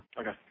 Okay